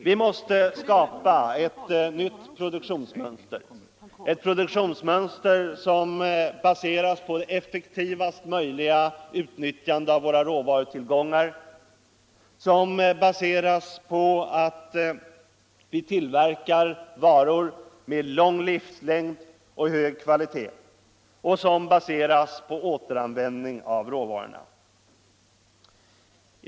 Vi måste skapa ett nytt produktionsmönster, som baseras på ett så effektivt utnyttjande av råvarutillgångarna som möjligt, ett mönster baserat på tillverkning av varor med lång livslängd och hög kvalitet och på återanvändning av råvarorna.